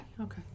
Okay